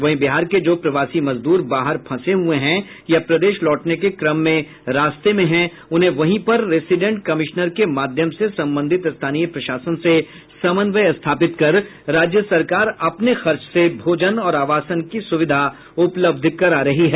वहीं बिहार के जो प्रवासी मजदूर बाहर फंसे हुए हैं या प्रदेश लौटने के क्रम में रास्ते में हैं उन्हें वहीं पर रेसीडेंट कमिश्नर के माध्यम से संबंधित स्थानीय प्रशासन से समन्वय स्थापित कर राज्य सरकार अपने खर्च से भोजन और आवासन की सुविधा उपलब्ध करा रही है